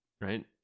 right